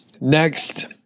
next